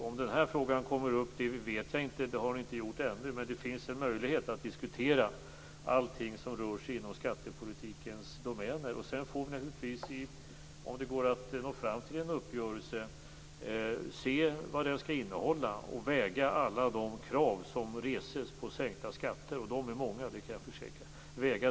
Om denna fråga kommer upp till diskussion vet jag inte. Den har inte gjort det ännu. Men det finns en möjlighet att diskutera allt som rör sig inom skattepolitikens domäner. Sedan får vi se om det går att nå fram till en uppgörelse, dvs. vad den skall innehålla och väga alla de krav som reses på sänkta skatter mot varandra - de är många kan jag försäkra.